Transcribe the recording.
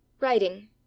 Writing